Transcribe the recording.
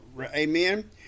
amen